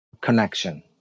connection